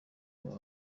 aba